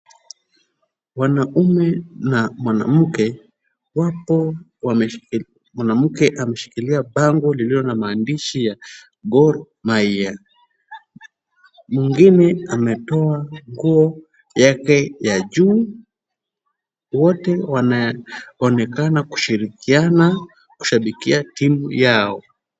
Wanaume na mwanamke wapo, mwanamke ameshikilia bango lililo na maandishi ya Gor Mahia. Mwingine ametoa nguo yake ya juu. Wote wanaonekana kushirikiana kushabikia timu yao.